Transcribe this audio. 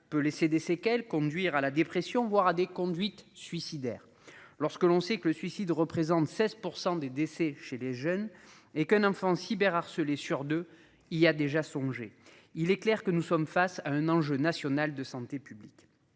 peut laisser des séquelles conduire à la dépression voire à des conduites suicidaires. Lorsque l'on sait que le suicide représente 16% des décès chez les jeunes et qu'un enfant cyber harcelé sur deux il y a déjà songé. Il est clair que nous sommes face à un enjeu national de santé publique.